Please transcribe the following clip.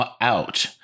out